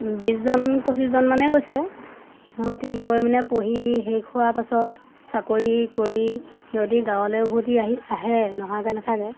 বিশজন পঁচিছজন মানেই গৈছে সিহঁতি গৈ মানে পঢ়ি শেষ হোৱাৰ পাছত চাকৰি কৰি সিহঁতি গাঁৱলৈ উভতি আহি আহে নোহোৱাকৈ নাথাকে